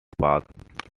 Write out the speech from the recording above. path